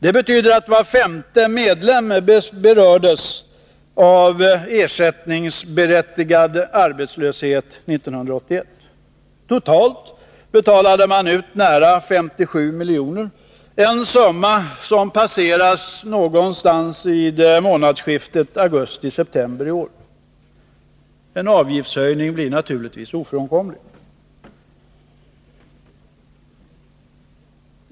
Det betyder att var femte medlem berördes av ersättningsberättigad arbetslöshet 1981. Totalt betalade man ut nära 57 milj.kr., en summa som passeras ungefär vid månadsskiftet augusti-september i år. En avgiftshöjning blir naturligtvis ofrånkomlig.